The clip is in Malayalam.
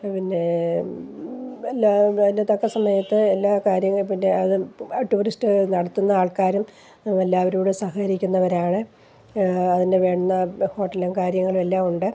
പിന്നെ എല്ലാ അതിൻ്റെ തക്ക സമയത്ത് എല്ലാ കാര്യങ്ങൾ പിന്നെ അത് ടൂറിസ്റ്റ് നടത്തുന്ന ആൾക്കാരും എല്ലാവരും കൂടെ സഹകരിക്കുന്നവരാണ് അതിൻറെ വേണ്ടുന്ന ഹോട്ടലും കാര്യങ്ങളും എല്ലാം ഉണ്ട്